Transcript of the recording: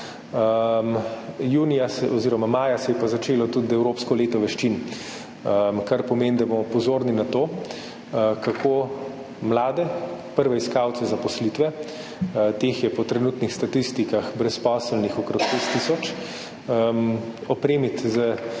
Junija oziroma maja se je pa začelo tudi evropsko leto veščin, kar pomeni, da bomo pozorni na to, kako mlade prve iskalce zaposlitve, teh je po trenutnih statistikah brezposelnih okrog šest tisoč, opremiti z